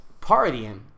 partying